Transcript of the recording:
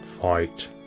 fight